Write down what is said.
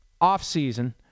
Off-season